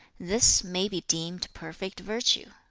this may be deemed perfect virtue